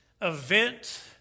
event